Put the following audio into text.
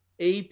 AP